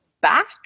back